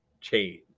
change